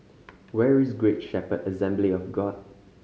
where is Great Shepherd Assembly of God